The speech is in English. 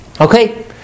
Okay